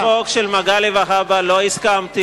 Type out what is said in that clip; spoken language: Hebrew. להצעת החוק של מגלי והבה לא הסכמתי.